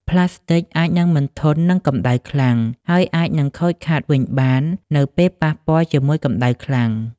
ផ្លាស្ទិកអាចនឹងមិនធន់នឹងកម្ដៅខ្លាំង ហើយអាចនឹងខូចខាតវិញបាននៅពេលប៉ះពាល់ជាមួយកម្ដៅខ្លាំង។